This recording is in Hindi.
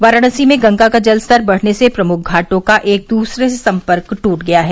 वाराणसी में गंगा का जलस्तर बढ़ने से प्रमुख घाटों का एक दूसरे से सम्पर्क टूट गया है